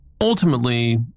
Ultimately